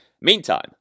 Meantime